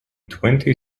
twenty